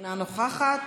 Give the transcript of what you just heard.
אינה נוכחת.